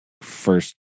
first